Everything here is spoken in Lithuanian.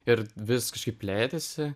ir vis plėtėsi